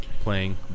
playing